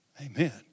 amen